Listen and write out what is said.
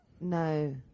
no